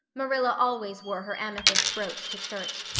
marilla always wore her amethyst brooch to church.